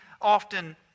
often